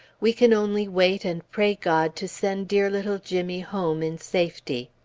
we can only wait and pray god to send dear little jimmy home in safety.